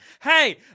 hey